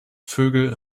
vögel